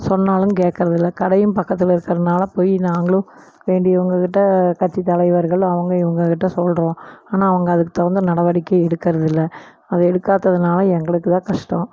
சொன்னாலும் கேட்கறதில்ல கடையும் பக்கத்தில் இருக்கிறதுனால போய் நாங்களும் வேண்டியவங்ககிட்ட கட்சி தலைவர்கள் அவங்க இவங்ககிட்ட சொல்கிறோம் ஆனால் அவங்க அதுக்கு தகுந்த நடவடிக்கை எடுக்கிறதில்ல அது எடுக்காததனால எங்களுக்கு தான் கஷ்டம்